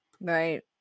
Right